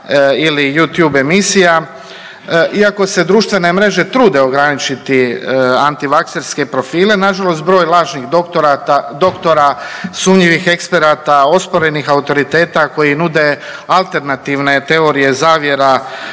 ili Youtube emisija. Ako se društvene mreže trude ograničiti antivakserske profile, na žalost broj lažnih doktora, sumnjivih eksperata, osporenih autoriteta koji nude alternativne teorije zavjera,